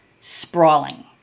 sprawling